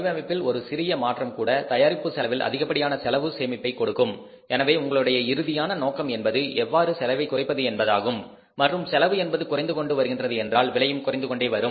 வடிவமைப்பில் ஒரு சிறிய மாற்றம் கூட தயாரிப்பு செலவில் அதிகப்படியான செலவு சேமிப்பை கொடுக்கும் எனவே உங்களுடைய இறுதியான நோக்கம் என்பது எவ்வாறு செலவை குறைப்பது என்பதாகும் மற்றும் செலவு என்பது குறைந்து கொண்டு வருகின்றது என்றால் விலையும் குறைந்து கொண்டே வரும்